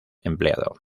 empleado